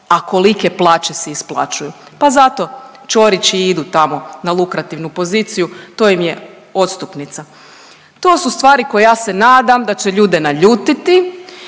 a kolike si plaće isplaćuju. Pa zato Ćorići idu tamo na lukrativnu poziciju, to im je odstupnica. To su stvari koje ja se nadam da će ljude naljutiti,